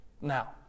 now